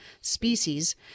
species